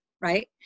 right